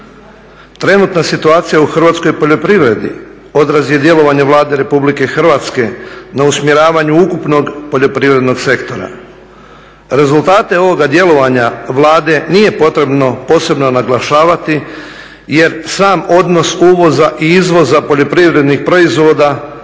Trenutna situacija u hrvatskoj poljoprivredi odraz je djelovanja Vlade Republike Hrvatske na usmjeravanju ukupnog poljoprivrednog sektora. Rezultate ovoga djelovanja Vlade nije potrebno posebno naglašavati jer sam odnos uvoza i izvoza poljoprivrednih proizvoda